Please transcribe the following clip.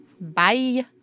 Bye